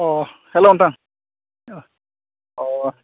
अ हेल्ल' नोंथां अ